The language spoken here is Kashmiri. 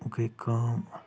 گٔیہِ کٲم